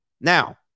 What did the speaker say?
Now